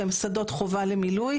שהם שדות חובה למילוי.